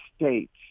states